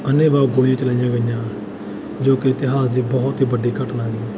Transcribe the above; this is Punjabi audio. ਅੰਨੇਵਾਹ ਗੋਲੀਆਂ ਚਲਾਈਆਂ ਗਈਆਂ ਜੋ ਕਿ ਇਤਿਹਾਸ ਦੇ ਬਹੁਤ ਹੀ ਵੱਡੀ ਘਟਨਾ ਗੀ